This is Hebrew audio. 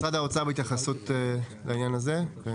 משרד האוצר, בהתייחסות לעניין הזה.